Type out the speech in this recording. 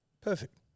Perfect